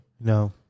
No